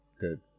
Good